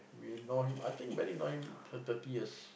we ignore him I think ver~ ignore him for thirty years